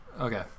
Okay